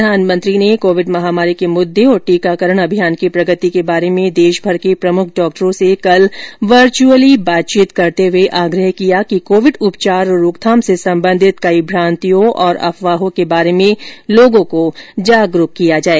प्रधानमंत्री ने कोविड महामारी के मुद्दे और टीकाकरण अभियान की प्रगति के बारे में देशभर के प्रमुख डॉक्टरों से कल वर्चअल माध्यम से बातचीत करते हुए आग्रह किया कि कोविड उपचार और रोकथाम से संबंधित कई भ्रांतियों और अफवाहों के बारे में लोगों को जागरूक किया जाए